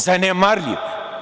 Zanemarljiv.